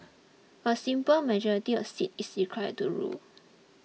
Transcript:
a simple majority of seats is required to rule